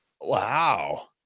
Wow